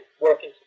working